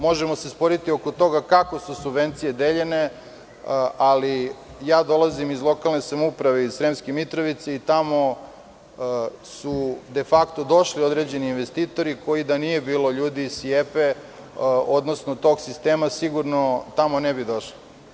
Možemo se sporiti oko toga kako su subvencije deljene, ali ja dolazim iz lokalne samouprave Sremska Mitrovica i tamo su de fakto došli određeni investitori koji, da nije bilo ljudi iz SIEPA, odnosno tog sistema, sigurno tamo ne bi došli.